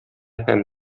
һәм